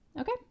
Okay